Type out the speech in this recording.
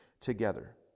together